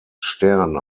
stern